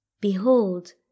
Behold